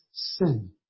Sin